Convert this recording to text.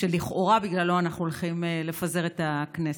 שלכאורה בגללו אנחנו הולכים לפזר את הכנסת.